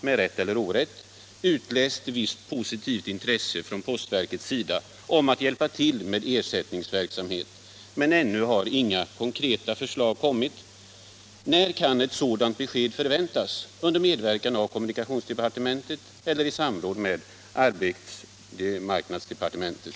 Vidare har man alltså utläst visst positivt intresse från postverkets sida om att hjälpa till med ersättningsverksamhet, men ännu har inga konkreta förslag kommit. När kan ett sådant besked förväntas under medverkan av kommunikationsdepartementet eller i samråd med arbetsmarknadsdepartementet?